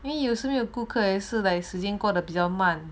有时候没有顾客是类似经过的比较慢